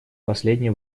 последнее